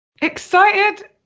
Excited